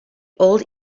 old